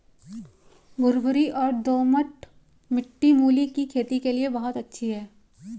भुरभुरी और दोमट मिट्टी मूली की खेती के लिए बहुत अच्छी है